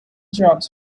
jobs